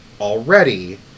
already